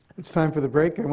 it's time for the break,